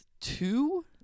two